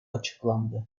açıklandı